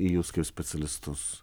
į jus kaip specialistus